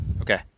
Okay